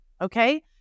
okay